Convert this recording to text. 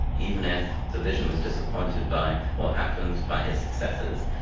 even if the vision was disappointed by what happened, by his successors.